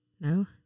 No